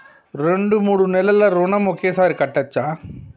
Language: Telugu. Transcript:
రెండు మూడు నెలల ఋణం ఒకేసారి కట్టచ్చా?